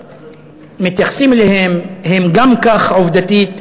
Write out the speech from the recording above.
שמתייחסים אליהם, וגם כך הם עובדתית,